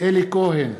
אלי כהן,